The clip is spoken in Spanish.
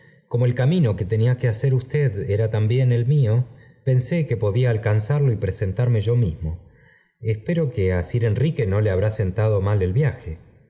como el camiño que tenía que hacer usted era también el mío pensé que podía alcanzarlo y presentarle yo mismo espero que á sir enrique no le habrá sentado mal el viaje